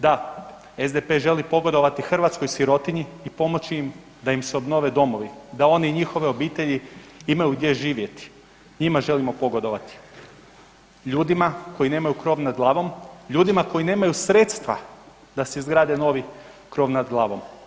Da, SDP-e želi pogodovati hrvatskoj sirotinji i pomoći im da im se obnove domovi da oni i njihove obitelji imaju gdje živjeti njima želimo pogodovati ljudima koji nemaju krov nad glavom, ljudi koji nemaju sredstva da si izgrade novi krov nad glavom.